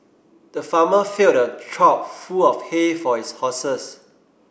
the farmer filled a trough full of hay for his horses